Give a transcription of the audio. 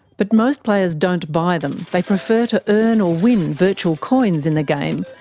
but most players don't buy them. they prefer to earn or win virtual coins in the game,